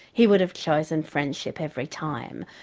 he would have chosen friendship every time.